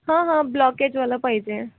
हां हां ब्लॉकेजवाला पाहिजे